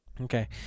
Okay